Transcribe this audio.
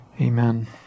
Amen